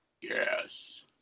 Yes